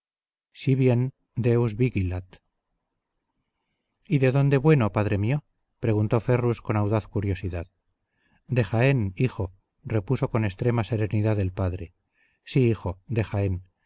si bien deus vigilat y de dónde bueno padre mío preguntó ferrus con audaz curiosidad de jaén hijo repuso con extrema serenidad el padre sí hijo de jaén